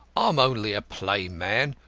i'm only a plain man,